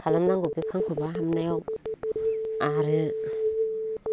खालामनांगौ बे खांख'मा हाबनायाव आरो